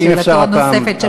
לשאלתו הנוספת של חבר,